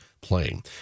playing